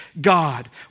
God